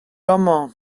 amañ